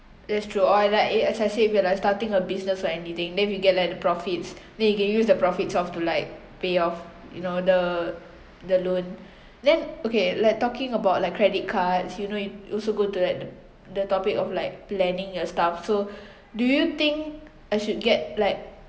that's true or I like as I say if you are like starting a business or anything then we get like the profits then you can use the profits of to like pay off you know the the loan then okay like talking about like credit cards you know it also go to the the topic of like planning the stuff so do you think I should get like